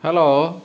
hello